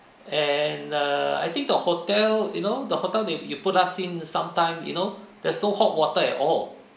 and err I think the hotel you know the hotel they you put us in sometime you know there's no hot water at all